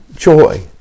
joy